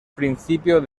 principio